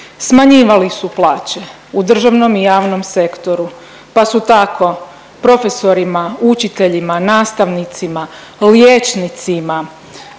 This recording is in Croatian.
Smanjivali su plaće u državnom i javnom sektoru, pa su tako profesorima, učiteljima, nastavnicima, liječnicima,